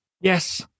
yes